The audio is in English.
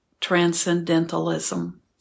transcendentalism